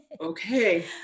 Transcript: Okay